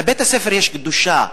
לבית-הספר יש קדושה.